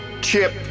chip